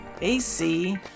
AC